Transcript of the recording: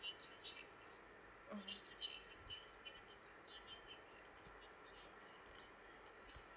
mm